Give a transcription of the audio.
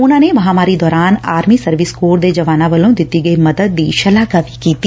ਉਨਾਂ ਨੇ ਮਹਾਂਮਾਰੀ ਦੌਰਾਨ ਆਰਮੀ ਸਰਵਿਸ ਕੋਰ ਦੇ ਜਵਾਨਾ ਵੱਲੋ ਦਿੱਡੀ ਗਈ ਮਦਦ ਦੀ ਸ਼ਲਾਘਾ ਕੀਤੀ